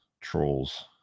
trolls